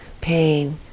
pain